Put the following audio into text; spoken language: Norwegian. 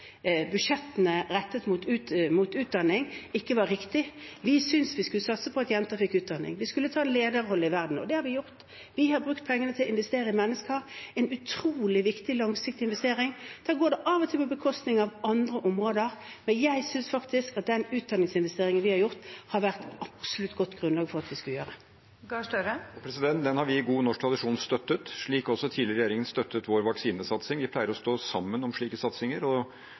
budsjettene rettet mot utdanning på, ikke var riktig. Vi syntes vi skulle satse på at jenter fikk utdanning, vi skulle ta en lederrolle i verden, og det har vi gjort. Vi har brukt pengene til å investere i mennesker – en utrolig viktig langsiktig investering. Da går det av og til på bekostning av andre områder, men jeg synes faktisk at den utdanningsinvesteringen vi har gjort, har det absolutt vært et godt grunnlag for at vi skulle gjøre. Jonas Gahr Støre – til oppfølgingsspørsmål. Og den har vi i god norsk tradisjon støttet, slik også den tidligere regjeringen støttet vår vaksinesatsing. Vi pleier å stå sammen om slike satsinger og